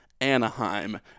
Anaheim